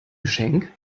geschenk